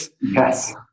Yes